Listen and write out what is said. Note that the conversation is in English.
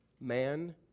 man